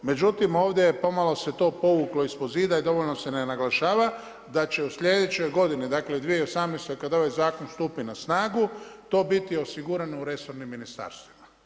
Međutim ovdje pomalo se to povuklo ispod zida i dovoljno se ne naglašava da će u slijedećoj godini, dakle 2018. kad ovaj zakon stupi na snagu, to biti osigurano u resornim ministarstvima.